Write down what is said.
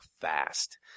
fast